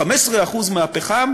15% מהפחם